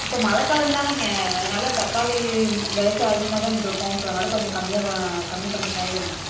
இப்போ மழைக்காலந்தானங்க அதனால் தக்காளி வெளைச்சல் அதிகமாந்தான் இருக்கும் ஸோ அதனால கொஞ்சம் கம்மியாக கம்மி பண்ணிக்கலாங்க இல்லைங்க